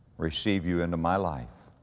receive you into my life,